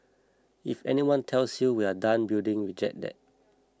if anyone tells you we're done building reject that